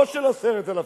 לא של 10,000,